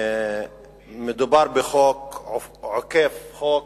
מדובר בחוק עוקף חוק,